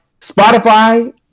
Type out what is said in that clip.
Spotify